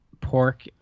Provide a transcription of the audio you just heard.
pork